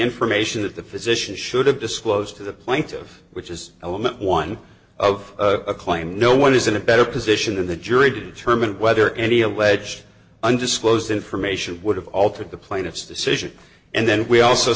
information that the physician should have disclosed to the point of which is element one of a claim no one is in a better position than the jury to determine whether any alleged undisclosed information would have altered the plaintiff's decision and then we also